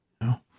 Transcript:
No